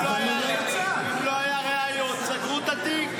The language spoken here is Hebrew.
אם לא היו ראיות, סגרו את התיק.